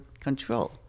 control